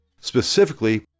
Specifically